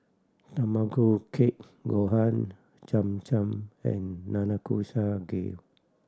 Tamago Kake Gohan Cham Cham and Nanakusa Gayu